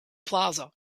plaza